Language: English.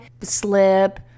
slip